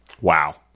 Wow